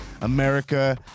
America